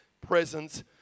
presence